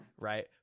right